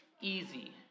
easy